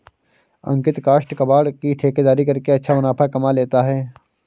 अंकित काष्ठ कबाड़ की ठेकेदारी करके अच्छा मुनाफा कमा लेता है